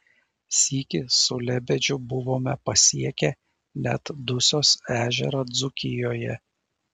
sykį su lebedžiu buvome pasiekę net dusios ežerą dzūkijoje